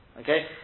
Okay